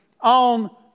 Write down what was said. on